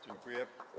Dziękuję.